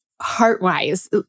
heart-wise